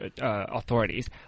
authorities